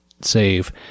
save